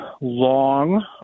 long